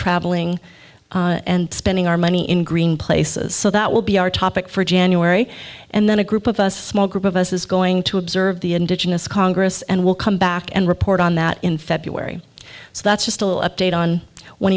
traveling and spending our money in green places so that will be our topic for january and then a group of us a small group of us is going to observe the indigenous congress and we'll come back and report on that in february